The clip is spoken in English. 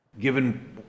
Given